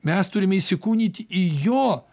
mes turime įsikūnyti į jo